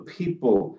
people